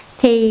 thì